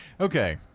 Okay